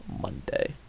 monday